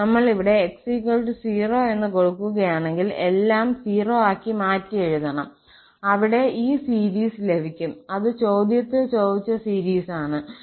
നമ്മൾ ഇവിടെ 𝑥0 എന്ന് കൊടുക്കുകയാണെങ്കിൽ എല്ലാം 0 ആക്കി മാറ്റിയെഴുതണം അവിടെ ഈ സീരീസ് ലഭിക്കും അത് ചോദ്യത്തിൽ ചോദിച്ച സീരീസ് ആണ്